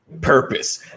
purpose